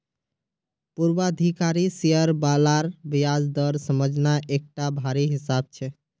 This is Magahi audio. पूर्वाधिकारी शेयर बालार ब्याज दर समझना एकटा भारी हिसाब छै